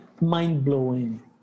mind-blowing